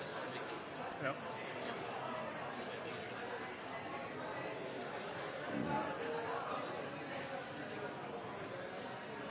sa han